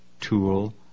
tool